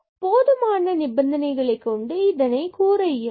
போதுமான நிபந்தனைகளை கொண்டு நம்மால் இதனை கூற இயலும்